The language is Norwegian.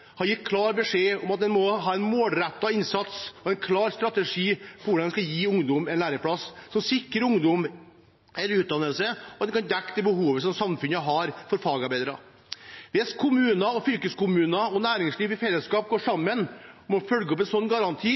har møtt, har gitt klar beskjed om at en må ha en målrettet innsats og en klar strategi for hvordan vi skal gi ungdom en læreplass, som sikrer ungdom en utdannelse, og at en kan dekke det behovet som samfunnet har for fagarbeidere. Hvis f.eks. kommune, fylkeskommune og næringsliv i fellesskap går sammen om å følge opp en sånn garanti